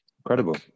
Incredible